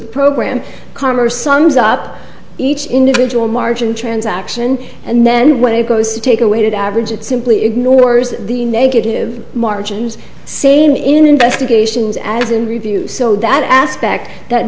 program commerce sums up each individual margin transaction and then when it goes to take a weighted average it simply ignores the negative margins same investigations as in reviews so that aspect that